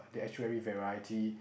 the actually variety